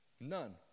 None